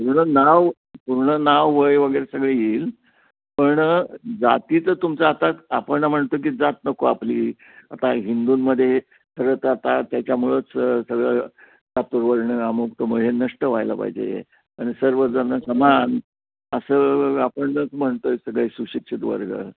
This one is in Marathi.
पूर्ण नाव पूर्ण नाव वय वगैरे सगळं येईल पण जातीचं तुमचं आता आपण म्हणतो की जात नको आपली आता हिंदूंमध्ये सगळं तर आता त्याच्यामुळंच सगळं जाती वर्ण अमूक तमूक हे नष्ट व्हायला पाहिजे आणि सर्वजण समान असं आपणच म्हणतो आहे सगळे सुशिक्षित वर्ग